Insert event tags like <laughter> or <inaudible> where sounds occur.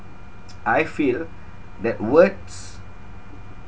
<noise> I feel that words